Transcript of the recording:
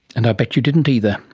and i bet you didn't either.